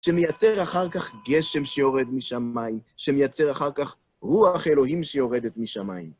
שמייצר אחר כך גשם שיורד משמיים, שמייצר אחר כך רוח אלוהים שיורדת משמיים.